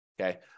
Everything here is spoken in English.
okay